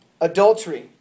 adultery